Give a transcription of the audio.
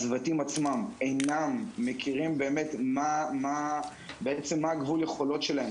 הצוותים עצמם אינם מכירים באמת מה גבול היכולות שלהם,